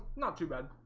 not too bad